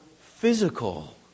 physical